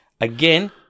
again